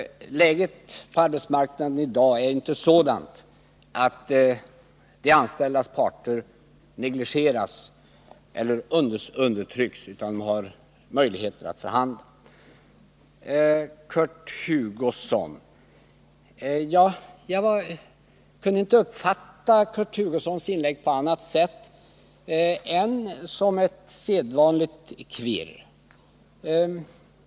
Läget på arbetsmarknaden i dag är inte sådant att den anställda parten negligeras eller undertrycks utan har möjlighet att förhandla. Jag kunde inte uppfatta Kurt Hugossons inlägg på annat sätt än som hans sedvanliga kvirr.